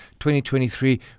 2023